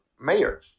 mayor